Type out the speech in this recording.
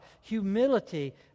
humility